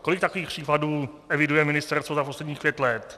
Kolik takových případů eviduje ministerstvo za posledních pět let?